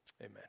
Amen